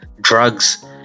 drugs